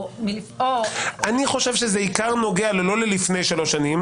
או --- אני חושב שזה נוגע בעיקר לא ל-"לפני שלוש שנים",